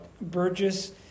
Burgess